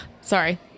sorry